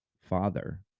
father